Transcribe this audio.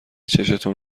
چشتون